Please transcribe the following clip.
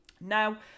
Now